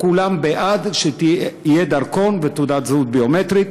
כולם בעד דרכון ותעודת זהות ביומטריים,